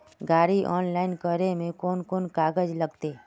गाड़ी ऑनलाइन करे में कौन कौन कागज लगते?